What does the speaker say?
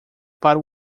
para